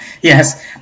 Yes